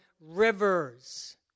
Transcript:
rivers